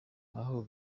aho